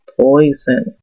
poison